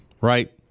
right